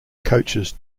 coaches